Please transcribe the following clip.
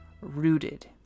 rooted